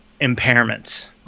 impairments